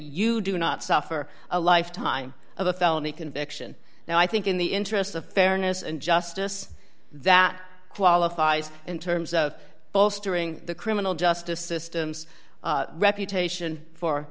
you do not suffer a lifetime of a felony conviction now i think in the interest of fairness and justice that qualifies in terms of both during the criminal justice system's reputation for